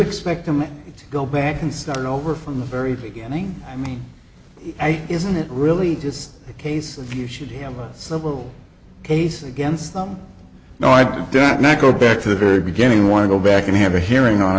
expect him to go back and start over from the very beginning i mean isn't it really just a case of you should have a civil case against them no i don't doubt now go back to the very beginning want to go back and have a hearing on